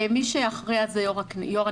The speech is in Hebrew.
מי שאחראי על זה הוא יושב-ראש הנשיאות.